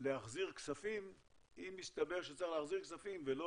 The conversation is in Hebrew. להחזיר כספים אם מסתבר שצריך להחזיר כספים ולא